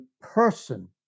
person